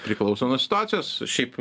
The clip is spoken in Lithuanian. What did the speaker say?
priklauso nuo situacijos šiaip